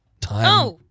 time